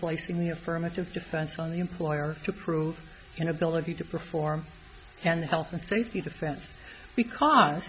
placing the affirmative defense on the employer to prove inability to perform and the health and safety defense because